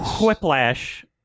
Whiplash